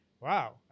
Wow